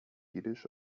jiddisch